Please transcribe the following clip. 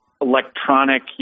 electronic